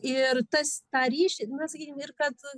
ir tas tą ryšį na sakykim ir kad